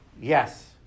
yes